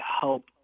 help